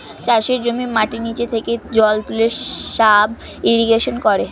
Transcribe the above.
চাষের জমির মাটির নিচে থেকে জল তুলে সাব ইরিগেশন করে